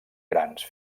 grans